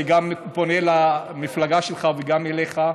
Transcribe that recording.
אני פונה למפלגה שלך וגם אליך.